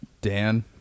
Dan